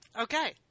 Okay